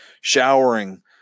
showering